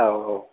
औ औ